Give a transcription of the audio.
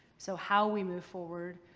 so how we move forward